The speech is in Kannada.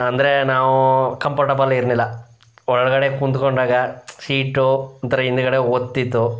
ಅಂದರೆ ನಾವು ಕಂಪರ್ಟಬಲ್ ಇರ್ಲಿಲ್ಲ ಒಳಗಡೆ ಕುತ್ಕೊಂಡಾಗ ಶೀಟು ಒಂಥರ ಹಿಂದ್ಗಡೆ ಒತ್ತಿತ್ತು